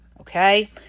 Okay